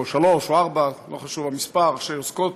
או שלוש, או ארבע, ולא חשוב המספר, שעוסקות